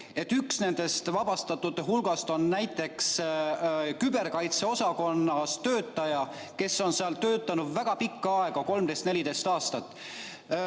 üks nende vabastatute hulgast on näiteks küberkaitseosakonna töötaja, kes on seal töötanud väga pikka aega, 13–14 aastat.